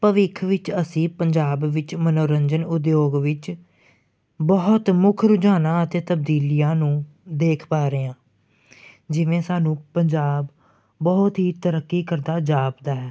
ਭਵਿੱਖ ਵਿੱਚ ਅਸੀਂ ਪੰਜਾਬ ਵਿੱਚ ਮਨੋਰੰਜਨ ਉਦਯੋਗ ਵਿੱਚ ਬਹੁਤ ਮੁੱਖ ਰੁਝਾਨਾਂ ਅਤੇ ਤਬਦੀਲੀਆਂ ਨੂੰ ਦੇਖ ਪਾ ਰਹੇ ਹਾਂ ਜਿਵੇਂ ਸਾਨੂੰ ਪੰਜਾਬ ਬਹੁਤ ਹੀ ਤਰੱਕੀ ਕਰਦਾ ਜਾਪਦਾ ਹੈ